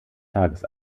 tages